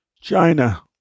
China